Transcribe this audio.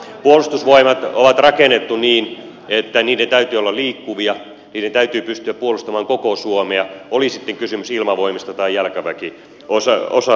puolustusvoimat on rakennettu niin että sen täytyy olla liikkuva sen täytyy pystyä puolustamaan koko suomea oli sitten kysymys ilmavoimista tai jalkaväkiosastoista